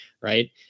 Right